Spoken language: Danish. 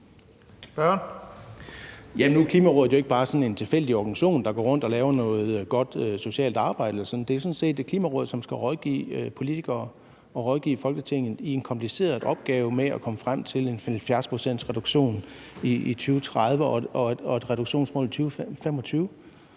Klimarådet jo ikke bare sådan en tilfældig organisation, der går rundt og laver noget godt socialt arbejde, men det er sådan set et Klimaråd, som skal rådgive politikere og rådgive Folketinget i en kompliceret opgave med at komme frem til en 70-procentsreduktion i 2030 og et reduktionsmål i 2025.